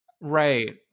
Right